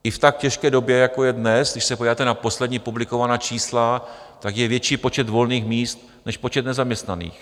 I v tak těžké době, jako je dnes, když se podíváte na poslední publikovaná čísla, tak je větší počet volných míst než počet nezaměstnaných.